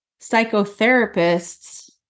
psychotherapists